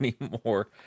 anymore